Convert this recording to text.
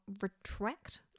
retract